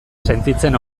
sentitzen